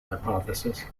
hypothesis